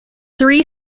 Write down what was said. three